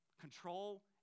Control